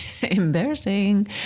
Embarrassing